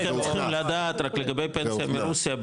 הם צריכים לדעת גם לגבי פנסיה מרוסיה,